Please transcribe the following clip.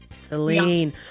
Celine